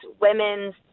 women's